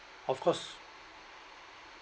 of course